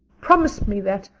promise me that.